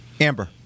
amber